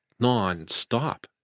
nonstop